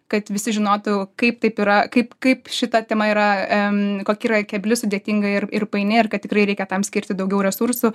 kad visi žinotų kaip taip yra kaip kaip šita tema yra kokia yra kebli sudėtinga ir paini ir kad tikrai reikia tam skirti daugiau resursų